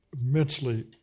immensely